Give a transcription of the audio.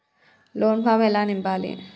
Loan form ఎలా నింపాలి?